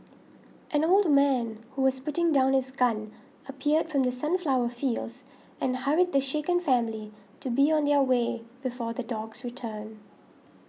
an old man who was putting down his gun appeared from the sunflower fields and hurried the shaken family to be on their way before the dogs return